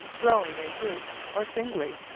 growing in groups or singly,